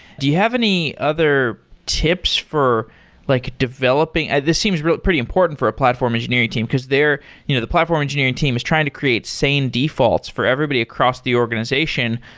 do you have any other tips for like developing and this seems pretty important for a platform engineering team, because you know the platform engineering team is trying to create sane defaults for everybody across the organization.